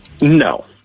No